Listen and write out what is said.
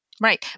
Right